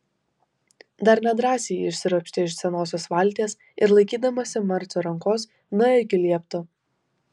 dar nedrąsiai ji išsiropštė iš senosios valties ir laikydamasi marcio rankos nuėjo iki liepto